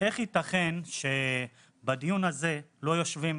נעמה, אני חייבת להגיד שכולם אמרו את זה היום